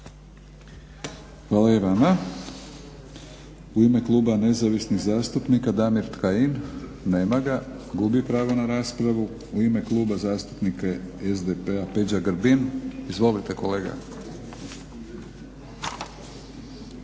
Hvala i vama. U ime Kluba nezavisnih zastupnika Damir Kajin. Nema ga, gubi pravo na raspravu. U ime Kluba zastupnika SDP-a Peđa Grbin. Izvolite kolega.